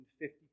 fifty